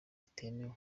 itemewe